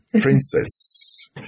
Princess